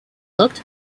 looked